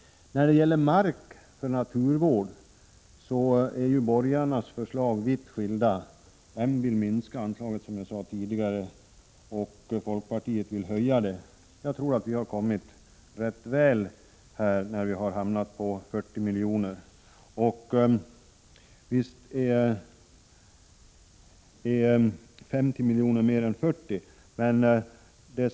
När det gäller mark för naturvård är borgarnas förslag vitt skilda. Moderaterna vill minska anslaget och folkpartiet vill höja det. Jag tror att vi har hamnat bra när vi har stannat för 40 milj.kr. Och visst är 50 miljoner mer än 40 miljoner.